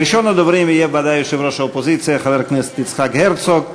ראשון הדוברים יהיה בוודאי יושב-ראש האופוזיציה חבר הכנסת יצחק הרצוג.